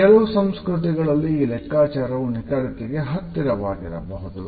ಕೆಲವು ಸಂಸ್ಕೃತಿಗಳಲ್ಲಿ ಈ ಲೆಕ್ಕಾಚಾರವು ನಿಖರತೆಗೆ ಹತ್ತಿರ ವಾಗಿರಬಹುದು